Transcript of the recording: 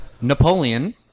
Napoleon